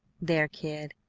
there, kid,